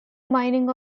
mining